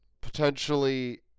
potentially